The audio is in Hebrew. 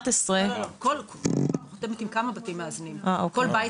לא, כל קופה חותמת עם כמה בתים מאזנים, עם כל בית